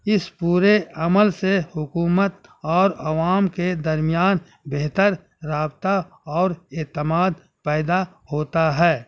اس پورے عمل سے حکومت اور عوام کے درمیان بہتر رابطہ اور اعتماد پیدا ہوتا ہے